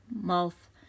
mouth